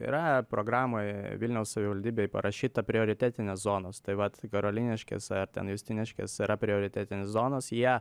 yra programoje vilniaus savivaldybėj parašyta prioritetinės zonos tai vat karoliniškės ar ten justiniškės yra prioritetinės zonos jie